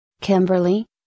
Kimberly